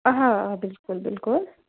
آ بِلکُل بِلکُل